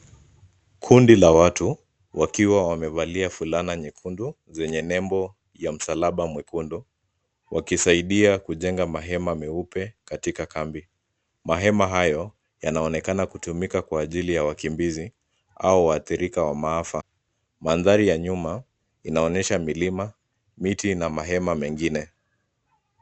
Kundi la watu wakiwa wamevalia fulana nyekundu zenye nembo wa msalaba mwekundu , wakisaidia kujenga mahema meupe katika kambi. Mahema hayo, yanaonekana kutumika kwa ajili ya wakimbizi au waathirika wa maafa. Mandhari ya nyuma, inaonyesha milima, miti na mahema mengine.